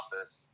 office